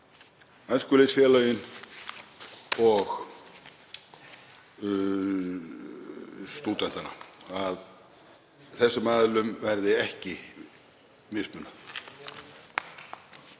æskulýðsfélögin og stúdentana, að þessum aðilum verði ekki mismunað.